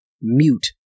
mute